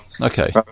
Okay